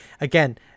again